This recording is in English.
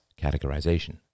categorization